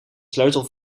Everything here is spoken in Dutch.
sleutel